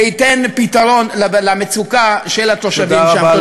וייתן פתרון למצוקה של התושבים שם.